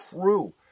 true